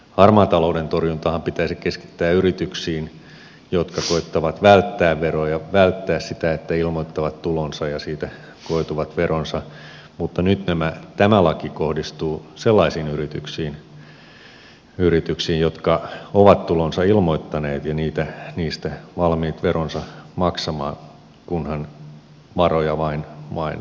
harmaan talouden torjuntahan pitäisi keskittää yrityksiin jotka koettavat välttää veroja välttää sitä että ilmoittavat tulonsa ja siitä koituvat veronsa mutta nyt tämä laki kohdistuu sellaisiin yrityksiin jotka ovat tulonsa ilmoittaneet ja ovat niistä valmiit veronsa maksamaan kunhan varoja vain siihen tarkoitukseen löytyy